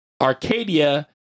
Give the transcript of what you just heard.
Arcadia